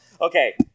okay